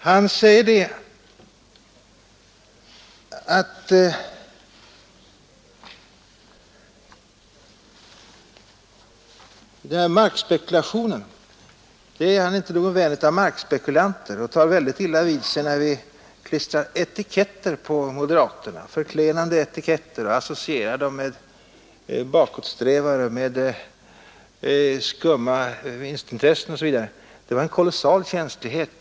Herr Bohman säger att han inte är någon vän av markspekulanter, och han tar väldigt illa vid sig när vi klistrar etiketter på moderaterna — etiketter som han anser förklenande och associerar moderaterna med bakåtsträvare, skumma vinstintressen osv. Det var en kolossal känslighet.